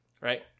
right